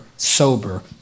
sober